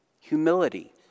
humility